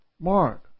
Mark